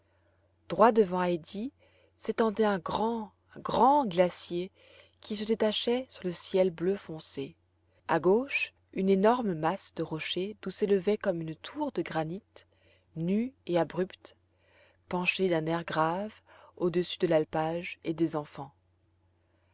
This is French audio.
droit devant heidi s'étendait un grand grand glacier qui se détachait sur le ciel bleu foncé à gauche une énorme masse de rochers d'où s'élevait comme une tour de granit nue et abrupte penchée d'un air grave au-dessus de l'alpage et des enfants